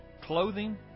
clothing